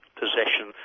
possession